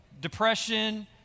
depression